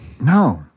no